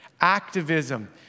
activism